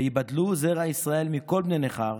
ויבדלו זרע ישראל מכל בני נכר,